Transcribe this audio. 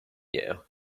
you